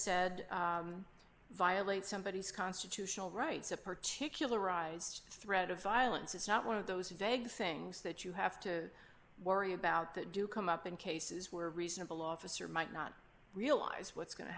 said violate somebodies constitutional rights a particularized threat of violence is not one of those degassing that you have to worry about that do come up in cases where a reasonable officer might not realize what's going to